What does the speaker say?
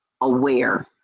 aware